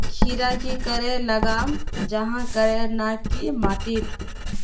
खीरा की करे लगाम जाहाँ करे ना की माटी त?